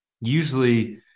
usually